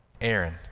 Aaron